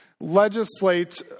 legislate